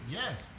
yes